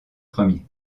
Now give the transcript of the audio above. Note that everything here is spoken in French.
premiers